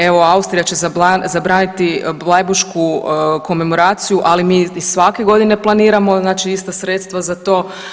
Evo Austrija će zabraniti blajburšku komemoraciju, ali mi i svake godine planiramo znači ista sredstva za to.